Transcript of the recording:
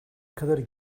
kadarı